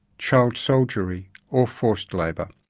child soldiery or forced labour.